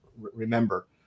remember